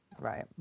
Right